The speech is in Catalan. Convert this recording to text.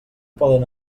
poden